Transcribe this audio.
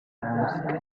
ask